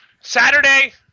saturday